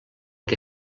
que